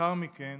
לאחר מכן